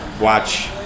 watch